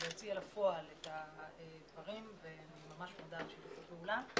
להוציא אל הפועל את הדברים ואני ממש מודה על שיתוף הפעולה.